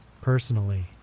Personally